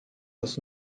aus